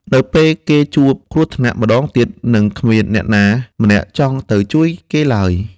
នៅពេលគេជួបគ្រោះថ្នាក់ម្ដងទៀត នឹងគ្មានអ្នកណាម្នាក់ចង់ទៅជួយគេឡើយ។